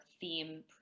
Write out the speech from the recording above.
Theme